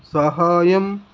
సహాయం